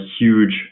huge